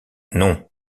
non